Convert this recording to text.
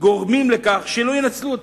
גורמים לכך שלא ינצלו אותו,